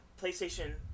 PlayStation